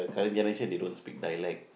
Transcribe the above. current generation they don't speak dialect